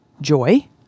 joy